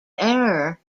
error